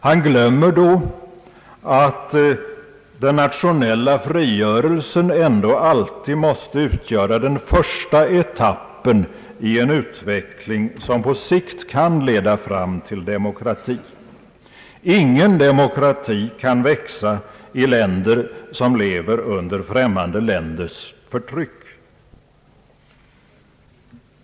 Han glömmer då att den nationella frigörelsen ändå alltid måste utgöra den första etappen i en utveckling som på längre sikt kan leda fram till demokrati. Ingen demokrati kan växa i länder som lever under främmande förtryck.